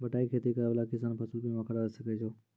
बटाई खेती करै वाला किसान फ़सल बीमा करबै सकै छौ?